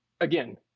again